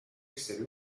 essere